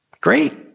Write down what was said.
great